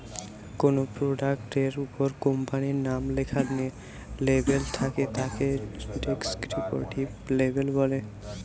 কোনো প্রোডাক্ট এর উপর কোম্পানির নাম লেখা লেবেল থাকে তাকে ডেস্ক্রিপটিভ লেবেল বলে